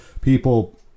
people